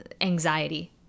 anxiety